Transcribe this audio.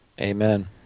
amen